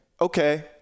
okay